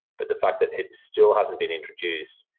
but the fact that it still hasn't been introduced,